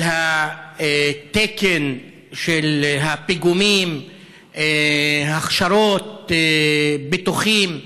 על התקן של הפיגומים, הכשרות, ביטוחים,